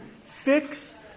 fix